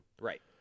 Right